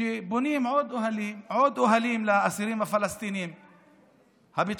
בונים עוד אוהלים ועוד אוהלים לאסירים הפלסטינים הביטחוניים,